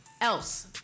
else